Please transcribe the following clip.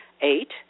Eight